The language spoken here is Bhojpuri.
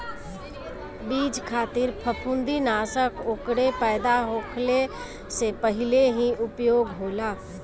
बीज खातिर फंफूदनाशक ओकरे पैदा होखले से पहिले ही उपयोग होला